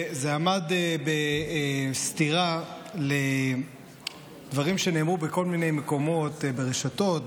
וזה עמד בסתירה לדברים שנאמרו בכל מיני מקומות ברשתות,